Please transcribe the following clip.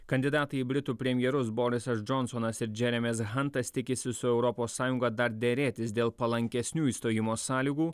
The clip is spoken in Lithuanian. kandidatai į britų premjerus borisas džonsonas ir džeremis hantas tikisi su europos sąjunga dar derėtis dėl palankesnių išstojimo sąlygų